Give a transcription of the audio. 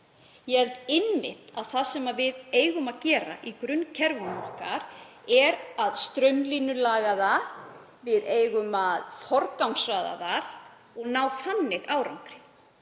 Ég held einmitt að það sem við eigum að gera í grunnkerfum okkar sé að straumlínulaga þau. Við eigum að forgangsraða þar og ná þannig árangri.